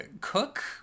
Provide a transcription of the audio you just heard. cook